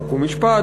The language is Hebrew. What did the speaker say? חוק ומשפט.